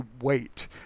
wait